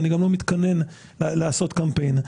ואני גם לא מתכוון לעשות קמפיין.